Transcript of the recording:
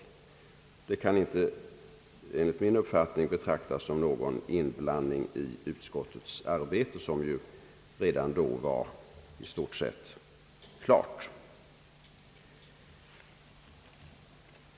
Det kan enligt min uppfattning inte betraktas som någon inblandning i utskottets arbete, vilket ju redan då var i stort sett klart.